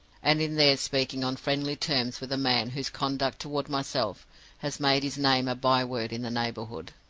and in there speaking on friendly terms with a man whose conduct toward myself has made his name a by-word in the neighborhood.